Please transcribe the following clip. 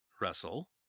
Russell